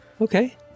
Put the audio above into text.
Okay